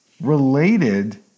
related